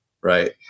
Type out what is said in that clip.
Right